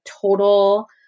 total